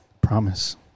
Promise